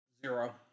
Zero